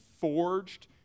forged